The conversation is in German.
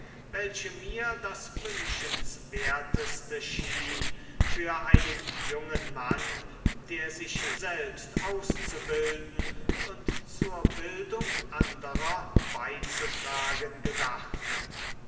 welche mir das wünschenswerteste schien für einen jungen mann der sich selbst auszubilden und zur bildung anderer beizutragen gedachte